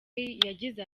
yagize